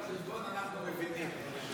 אנחנו מבינים.